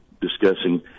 Discussing